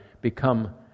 become